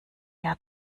jahr